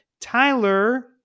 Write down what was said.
Tyler